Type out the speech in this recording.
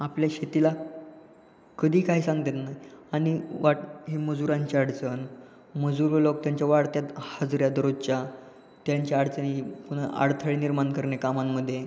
आपल्या शेतीला कधी काय सांगता येत नाही आणि वाट हे मजूरांचे अडचण मजूर लोक त्यांच्या वाडत्यात हजऱ्यात रोजच्या त्यांच्या अडचणी पुन्हा अडथळे निर्माण करणे कामांमध्ये